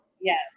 Yes